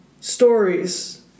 stories